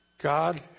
God